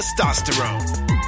testosterone